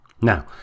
Now